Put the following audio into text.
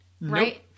right